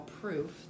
proof